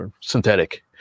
synthetic